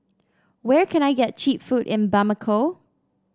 where can I get cheap food in Bamako